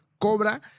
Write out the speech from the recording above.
Cobra